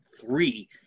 three